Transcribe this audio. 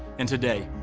and today,